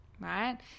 right